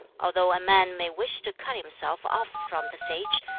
although a man may wish to cut himself off from the sage,